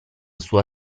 sua